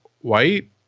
white